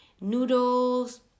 Noodles